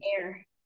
air